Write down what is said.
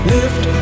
Lift